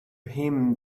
him